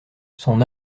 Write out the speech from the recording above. son